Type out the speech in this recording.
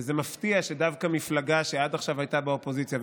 וזה מפתיע שדווקא מפלגה שעד עכשיו הייתה באופוזיציה,